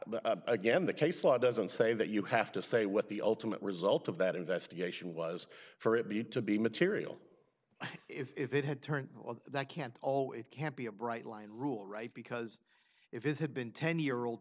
but again the case law doesn't say that you have to say what the ultimate result of that investigation was for it be to be material if it had turned that can't always can't be a bright line rule right because if it had been ten year old